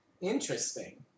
Interesting